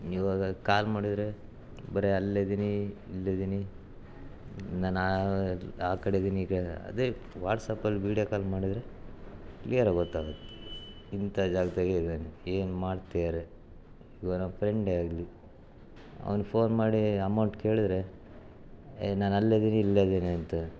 ಈವಾಗ ಕಾಲ್ ಮಾಡಿದರೆ ಬರೀ ಅಲ್ಲಿದ್ದೀನಿ ಇಲ್ಲಿದ್ದೀನಿ ನಾನು ಆ ಆ ಕಡೆ ಇದ್ದೀನಿ ಈ ಕಡೆ ಇದ್ದೀನಿ ಅದೇ ವಾಟ್ಸಾಪ್ಪಲ್ಲಿ ವೀಡ್ಯೊ ಕಾಲ್ ಮಾಡಿದರೆ ಕ್ಲಿಯರಾಗಿ ಗೊತ್ತಾಗುತ್ತೆ ಇಂಥ ಜಾಗದಾಗೆ ಇದ್ದಾನೆ ಏನು ಮಾಡ್ತಿದ್ದಾರೆ ಇವನ ಫ್ರೆಂಡೇ ಆಗಲಿ ಅವನು ಫೋನ್ ಮಾಡಿ ಅಮೌಂಟ್ ಕೇಳಿದರೆ ಎ ನಾನು ಅಲ್ಲಿದ್ದೀನಿ ಇಲ್ಲಿದ್ದೀನಿ ಅಂತ